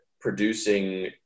producing